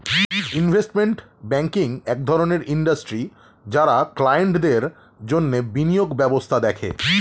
investment banking এক ধরণের industry যারা ক্লায়েন্টদের জন্যে বিনিয়োগ ব্যবস্থা দেখে